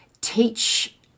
teach